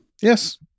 Yes